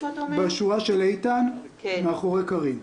בשורה של איתן מאחורי קארין.